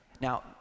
Now